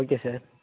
okay sir